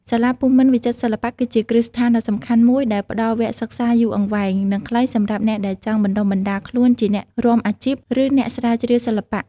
សាលាភូមិន្ទវិចិត្រសិល្បៈ គឺជាគ្រឹះស្ថានដ៏សំខាន់មួយដែលផ្ដល់វគ្គសិក្សាយូរអង្វែង និងខ្លីសម្រាប់អ្នកដែលចង់បណ្ដុះបណ្ដាលខ្លួនជាអ្នករាំអាជីព ឬអ្នកស្រាវជ្រាវសិល្បៈ។